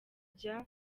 kuja